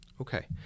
okay